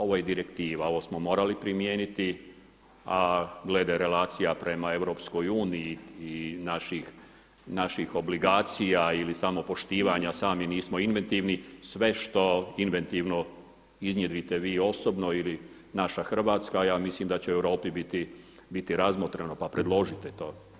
Ovo je direktiva, ovo smo morali primijeniti a glede relacija prema Europskoj uniji i naših obligacija ili samopoštivanja sami nismo inventivni sve što inventivno iznjedrite vi osobno ili naša Hrvatska ja mislim da će u Europi biti razmotreno, pa predložite to.